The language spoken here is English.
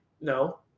No